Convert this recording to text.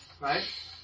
right